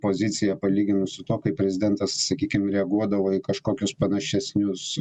pozicija palyginus su tuo kaip prezidentas sakykim reaguodavo į kažkokius panašesnius